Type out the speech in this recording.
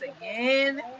again